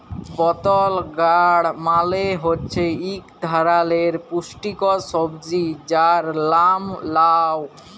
বতল গাড় মালে হছে ইক ধারালের পুস্টিকর সবজি যার লাম লাউ